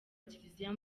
kiliziya